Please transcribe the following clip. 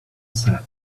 said